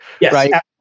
Yes